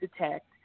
detect